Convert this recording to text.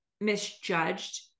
misjudged